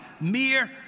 mere